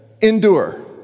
Endure